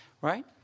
right